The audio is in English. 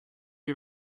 you